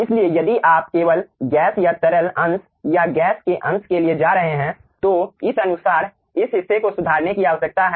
इसलिए यदि आप केवल गैस या तरल अंश या गैस के अंश के लिए जा रहे हैं तो इस अनुसार इस हिस्से को सुधारने की आवश्यकता है